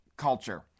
culture